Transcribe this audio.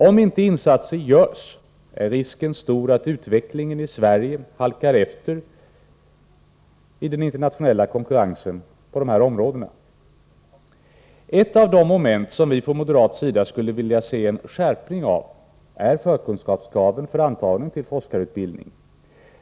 Om inte insatser görs är risken stor att utvecklingen i Sverige halkar efter i den internationella konkurrensen på det här området. Ett av de moment som vi från moderat sida skulle vilja se en skärpning av är förkunskapskraven för antagning till forskarutbildning.